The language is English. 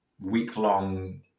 week-long